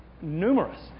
numerous